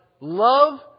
love